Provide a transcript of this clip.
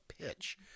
pitch